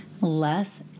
less